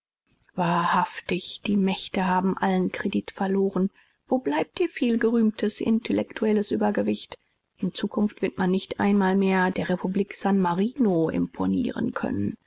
wahrhaftig die mächte haben allen kredit verloren wo blieb ihr vielgerühmtes intellektuelles übergewicht in zukunft wird man nicht einmal mehr der republik san marino imponieren können